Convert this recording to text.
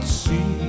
see